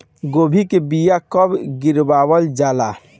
गोभी के बीया कब गिरावल जाला?